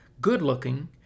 good-looking